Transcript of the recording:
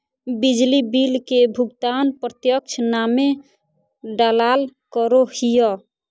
बिजली बिल के भुगतान प्रत्यक्ष नामे डालाल करो हिय